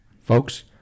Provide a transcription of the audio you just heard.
folks